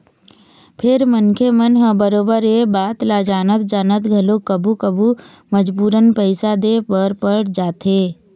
फेर मनखे मन ह बरोबर ये बात ल जानत जानत घलोक कभू कभू मजबूरन पइसा दे बर पड़ जाथे